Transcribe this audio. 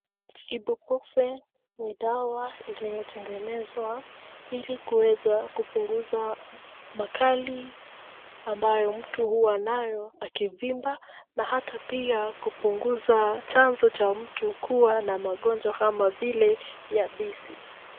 Ibuprofen ni dawa iliyotengenezwa ili kuweza kupunguza makali ambayo mtu huwa nayo akivimba na hata pia kupunguza chanzo cha mtu kuwa na magonjwa kama yabisi.